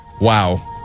wow